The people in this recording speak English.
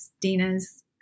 Dina's